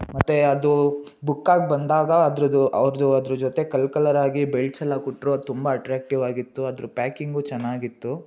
ಮತ್ತು ಅದು ಬುಕ್ಕಾಗಿ ಬಂದಾಗ ಅದ್ರದ್ದು ಅವ್ರದ್ದು ಅದ್ರ ಜೊತೆ ಕಲ್ ಕಲರಾಗಿ ಬೆಲ್ಟ್ಸೆಲ್ಲ ಕೊಟ್ಟರು ಅದು ತುಂಬ ಅಟ್ರ್ಯಾಕ್ಟಿವಾಗಿತ್ತು ಅದ್ರ ಪ್ಯಾಕಿಂಗೂ ಚೆನ್ನಾಗಿತ್ತು